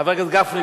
חבר הכנסת גפני,